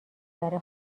بره